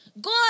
God